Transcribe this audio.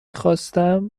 خواستم